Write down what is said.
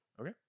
Okay